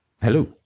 Hello